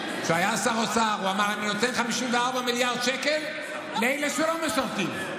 הוא אמר: אני נותן 54 מיליארד שקל לאלה שלא משרתים,